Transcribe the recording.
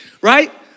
right